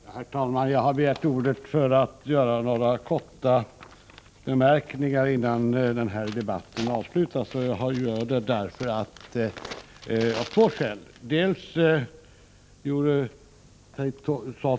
Herr talman! Jag har begärt ordet för att göra några korta anmärkningar innan den här debatten avslutas. Jag gör det av två skäl.